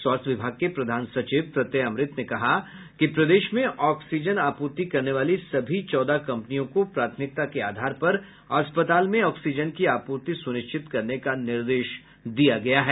स्वास्थ्य विभाग के प्रधान सचिव प्रत्यय अमृत ने कहा कि प्रदेश में ऑक्सीजन आपूर्ति करने वाली सभी चौदह कंपनियों को प्राथमिकता के आधार पर अस्पताल में ऑक्सीजन की आपूर्ति सुनिश्चित करने का निर्देश दिया गया है